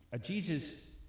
Jesus